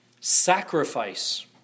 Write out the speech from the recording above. sacrifice